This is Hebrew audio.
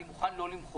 אני מוכן לא למחוק,